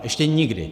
Ještě nikdy.